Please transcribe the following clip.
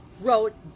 wrote